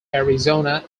arizona